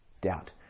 Doubt